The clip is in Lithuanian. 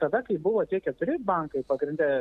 tada kai buvo tie keturi bankai pagrinde